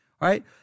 right